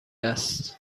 است